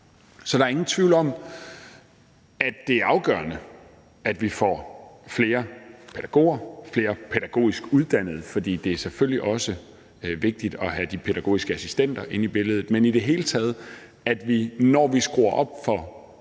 Så der er ingen tvivl om, at det er afgørende, at vi får flere pædagoger og flere pædagogisk uddannede, for det er selvfølgelig også vigtigt at have de pædagogiske assistenter inde i billedet, og at vi i det hele taget, når vi skruer op for